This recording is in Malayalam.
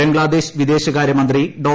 ബംഗ്ലാദേശ് വിദേശകാര്യമന്ത്രി ഡോ